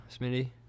Smitty